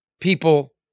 people